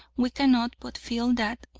we cannot but feel that,